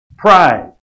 pride